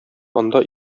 анда